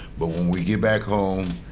but when we get back home,